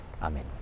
amen